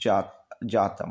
जा जातम्